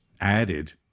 added